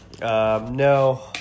No